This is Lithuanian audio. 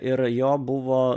ir jo buvo